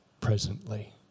presently